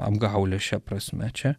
apgaulė šia prasme čia